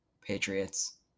Patriots